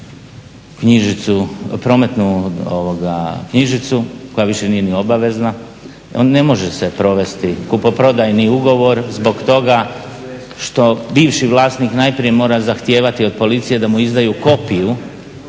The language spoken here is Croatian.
prometnu knjižicu koja više nije ni obavezna, ne može se provesti kupoprodajni ugovor zbog toga što bivši vlasnik najprije mora zahtijevati od policije da mu izdaju kopiju,